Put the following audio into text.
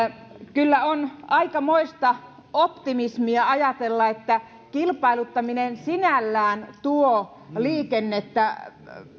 kyllä on aikamoista optimismia ajatella että kilpailuttaminen sinällään tuo liikennettä